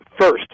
first